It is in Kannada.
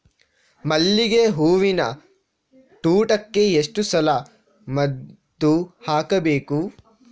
ಮಲ್ಲಿಗೆ ಹೂವಿನ ತೋಟಕ್ಕೆ ಎಷ್ಟು ಸಲ ಮದ್ದು ಹಾಕಬೇಕು?